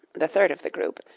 the third of the group,